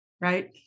right